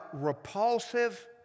repulsive